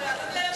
אדוני היושב-ראש,